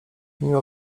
mimo